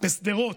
בשדרות,